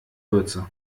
würze